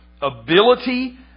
ability